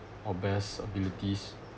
our best abilities